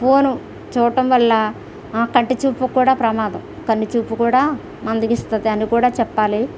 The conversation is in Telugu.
ఫోన్ చూడటం వల్ల కంటి చూపుకు కూడా ప్రమాదం కంటి చూపు కూడా మందగిస్తుందని కూడా చెప్పాలి